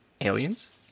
Aliens